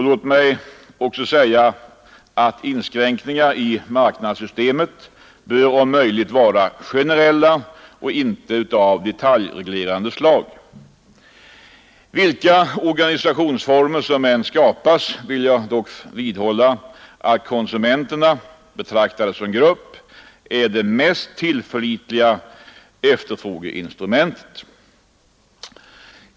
Låt mig också säga att inskränkningar i marknadssystemet om möjligt bör vara generella och inte av detaljreglerande slag. Vilka organisationsformer som än skapas vill jag dock vidhålla att konsumenterna, betraktade som grupp, är det mest tillförlitliga efterfrågeinstrumentet.